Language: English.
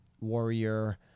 warrior